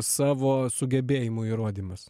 savo sugebėjimų įrodymas